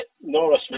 Norris